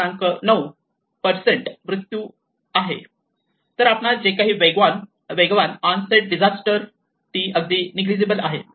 9 मृत्यू आहे तर आपणास जे काही वेगवान ऑन सेट डिझास्टर ती अगदी नेगलिजिबल आहे